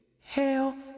Hell